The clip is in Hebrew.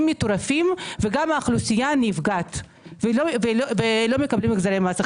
מטורפים וגם האוכלוסייה נפגעת ולא מקבלים החזרי מס.